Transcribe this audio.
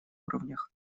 уровнях